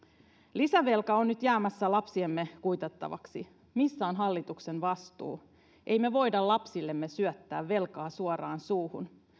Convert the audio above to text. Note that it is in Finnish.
lisävelka on nyt jäämässä lapsiemme kuitattavaksi missä on hallituksen vastuu emme me voi lapsillemme syöttää velkaa suoraan suuhun